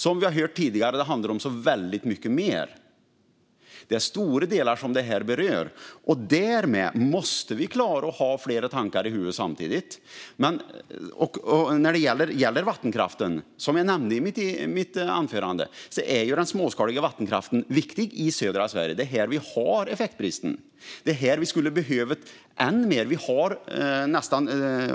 Som vi har hört tidigare handlar det om så väldigt mycket mer. Detta berör stora delar. Därmed måste vi klara att ha flera tankar samtidigt i huvudet. Som jag nämnde i mitt anförande är den småskaliga vattenkraften viktig i södra Sverige. Det är där som vi har effektbristen, och det är där som vi skulle behöva än mer ström.